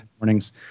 mornings